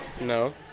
No